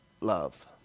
love